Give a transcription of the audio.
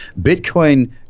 Bitcoin